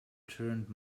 turned